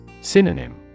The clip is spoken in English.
Synonym